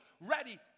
ready